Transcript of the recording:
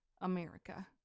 America